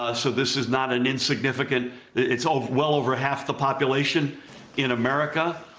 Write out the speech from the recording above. ah so this is not an insignificant it's ah well over half the population in america.